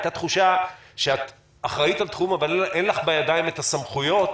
הייתה תחושה שאת אחראית על תחום אבל אין לך בידיים את הסמכויות